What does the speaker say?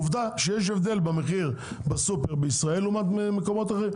עובדה שיש הבדל במחיר בסופר בישראל לעומת מקומות אחרים.